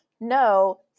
no